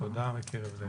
תודה מקרב לב.